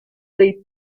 dei